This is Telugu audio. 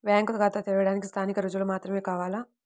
బ్యాంకు ఖాతా తెరవడానికి స్థానిక రుజువులు మాత్రమే కావాలా?